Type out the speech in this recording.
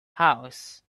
house